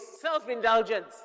self-indulgence